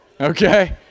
okay